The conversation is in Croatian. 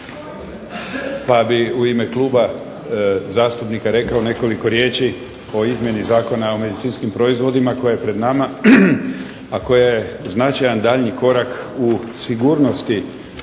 pa bih u ime kluba zastupnika rekao nekoliko riječi o izmjeni Zakona o medicinskim proizvodima koji je pred nama, a koji je značajan daljnji korak u sigurnosti